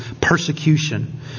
persecution